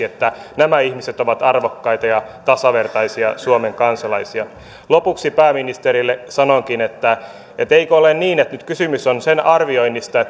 että nämä ihmiset ovat arvokkaita ja tasavertaisia suomen kansalaisia lopuksi pääministerille sanonkin että eikö ole niin että nyt kysymys on sen arvioinnista